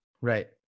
Right